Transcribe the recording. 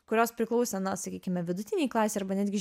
kurios priklausė na sakykime vidutinei klasei arba netgi